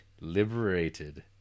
liberated